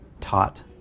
taught